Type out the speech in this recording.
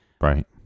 Right